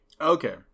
Okay